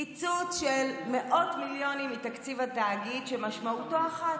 קיצוץ של מאות מיליונים מתקציב התאגיד שמשמעותו אחת,